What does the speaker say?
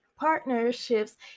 partnerships